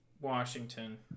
Washington